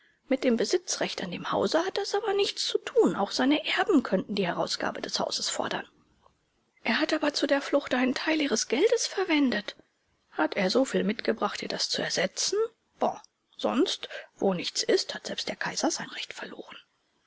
mit dem besitzrecht an dem hause hat das aber nichts zu tun auch seine erben könnten die herausgabe des hauses fordern er hat aber zu der flucht einen teil ihres geldes verwendet hat er so viel mitgebracht ihr das zu ersetzen bon sonst wo nichts ist hat selbst der kaiser sein recht verloren